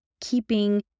keeping